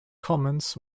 comments